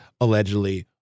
allegedly